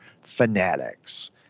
Fanatics